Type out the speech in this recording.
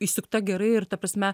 išsukta gerai ir ta prasme